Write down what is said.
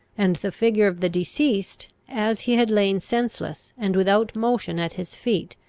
and the figure of the deceased, as he had lain senseless and without motion at his feet,